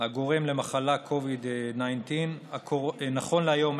הגורם למחלה COVID-19. נכון להיום,